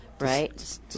Right